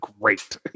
great